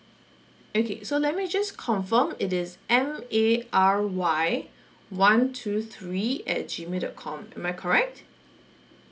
okay so let me just confirm it is M A R Y one two three at G mail dot com am I correct